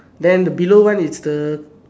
then the below one it's the